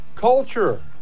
culture